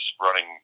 running